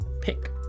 pick